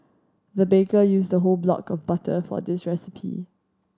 the baker used the whole block of butter for this recipe